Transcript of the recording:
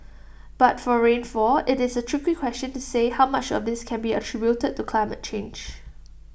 but for rainfall IT is A tricky question to say how much of this can be attributed to climate change